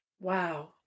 Wow